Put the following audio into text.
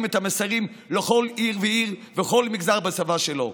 את המסרים לכל עיר ועיר ולכל מגזר בשפה שלו.